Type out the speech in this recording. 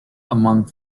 among